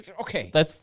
okay